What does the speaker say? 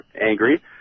angry